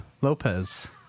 Lopez